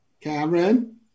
Cameron